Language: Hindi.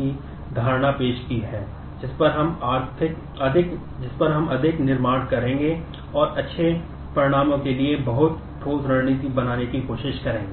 की धारणा पेश की है जिस पर हम अधिक निर्माण करेंगे और अच्छे परिणामों के लिए बहुत ठोस रणनीति बनाने की कोशिश करेंगे